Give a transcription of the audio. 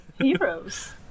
Heroes